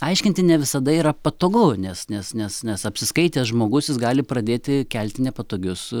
aiškinti ne visada yra patogu nes nes nes apsiskaitęs žmogus jis gali pradėti kelti nepatogius